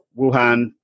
Wuhan